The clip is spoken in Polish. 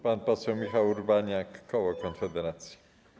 Pan poseł Michał Urbaniak, koło Konfederacja.